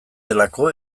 delako